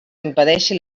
impedeixi